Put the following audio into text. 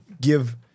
give